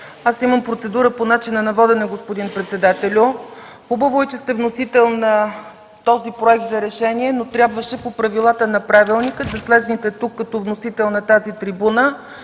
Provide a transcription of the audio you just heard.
Имам процедура по начина на водене, господин председателю. Хубаво е, че сте вносител на този проект за решение, но трябваше по правилата на правилника да слезете като вносител тук, на тази трибуна,